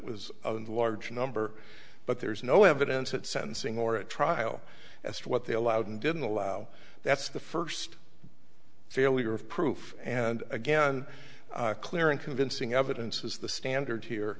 was a large number but there's no evidence at sentencing or at trial as to what they allowed and didn't allow that's the first failure of proof and again clear and convincing evidence is the standard here